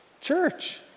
church